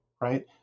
right